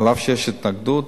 אף שיש התנגדות,